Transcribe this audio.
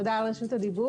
תודה על רשות הדיבור.